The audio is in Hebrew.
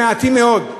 הם מועטים מאוד.